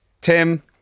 Tim